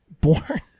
born